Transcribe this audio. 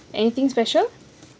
anything special